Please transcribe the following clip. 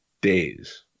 days